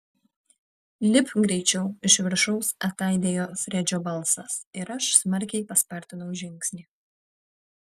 lipk greičiau iš viršaus ataidėjo fredžio balsas ir aš smarkiai paspartinau žingsnį